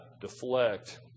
deflect